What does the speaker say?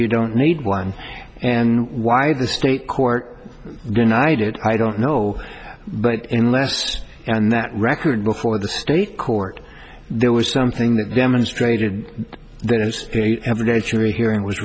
you don't need one and why the state court denied it i don't know but in last and that record before the state court there was something that demonstrated their use every day three hearing was